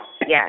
Yes